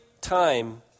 time